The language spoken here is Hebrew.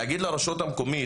להגיד לרשות המקומית,